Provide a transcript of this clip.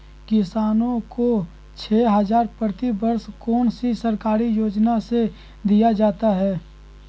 किसानों को छे हज़ार प्रति वर्ष कौन सी सरकारी योजना से दिया जाता है?